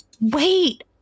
wait